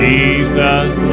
Jesus